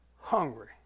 hungry